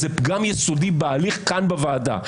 זה פגם יסודי בהליך כאן בוועדה.